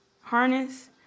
harness